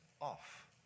off